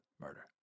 murder